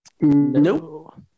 Nope